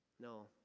No